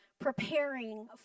preparing